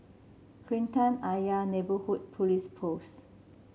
Kreta Ayer Neighbourhood Police Post